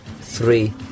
three